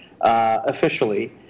officially